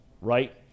right